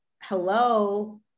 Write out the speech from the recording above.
hello